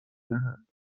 دهند